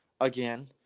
again